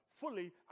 fully